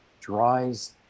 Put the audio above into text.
dries